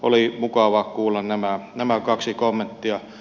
oli mukava kuulla nämä kaksi kommenttia